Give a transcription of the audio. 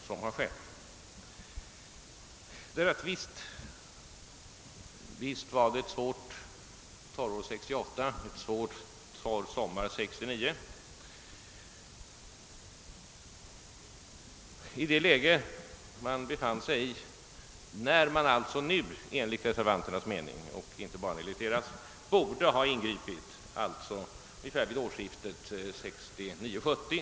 Det är sant att det hade varit ett svårt torrår 1968 och en mycket torr sommar 1969. Enligt reservanternas mening borde man ha ingripit ungefär vid årsskiftet 1969—1970.